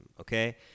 okay